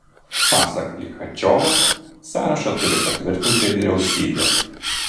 pasak lichačiovo sąrašą turi patvirtinti vyriausybė